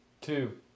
two